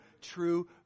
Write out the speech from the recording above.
true